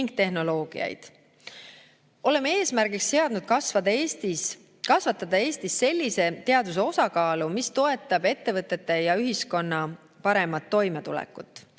tehnoloogiaid. Oleme eesmärgiks seadnud kasvatada Eestis sellise teaduse osakaalu, mis toetab ettevõtete ja ühiskonna paremat toimetulekut.